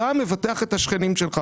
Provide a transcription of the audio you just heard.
אתה מבטח את השכנים שלך.